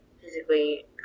physically